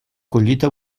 collita